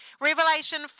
Revelation